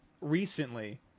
recently